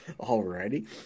Alrighty